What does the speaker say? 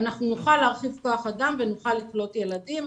אנחנו נוכל להרחיב כוח אדם ונוכל לקלוט ילדים.